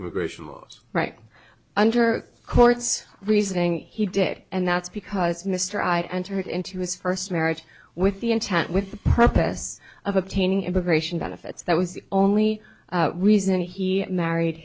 immigration laws right under courts reasoning he did and that's because mr i entered into his first marriage with the intent with the purpose of obtaining immigration benefits that was the only reason he married